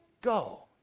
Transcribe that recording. go